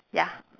ya